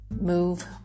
move